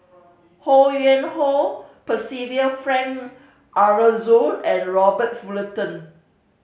Ho Yuen Hoe Percival Frank Aroozoo and Robert Fullerton